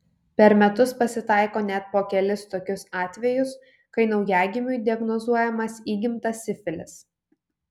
per metus pasitaiko net po kelis tokius atvejus kai naujagimiui diagnozuojamas įgimtas sifilis